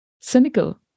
cynical